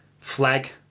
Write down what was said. flag